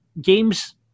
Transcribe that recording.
games